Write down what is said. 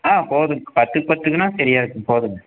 ஆ போதுங்க பத்துக்கு பத்துக்குனால் சரியாக இருக்கும் போதுங்க